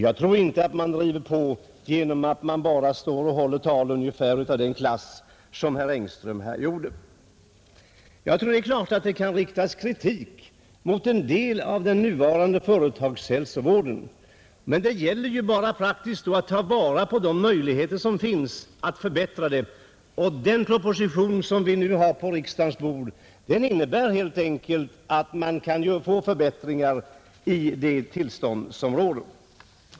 Jag tror inte att man gör det bara genom att stå och hålla tal av ungefär den klass som herr Engström gjorde här. Det är klart att det kan riktas kritik mot en del av den nuvarande företagshälsovården, men det gäller ju då bara att praktiskt ta vara på de möjligheter som finns att förbättra den. Den proposition som vi nu har på riksdagens bord går helt enkelt ut på att man kan få förbättringar i det tillstånd som råder.